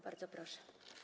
Bardzo proszę.